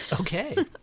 Okay